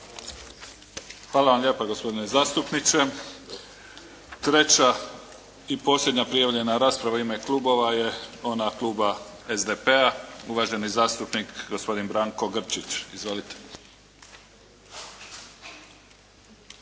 Hvala vam lijepa gospodine zastupniče. Treća i posljednja prijavljena rasprava u ime klubova je ona kluba SDP-a, uvaženi zastupnik gospodin Branko Grčić. Izvolite.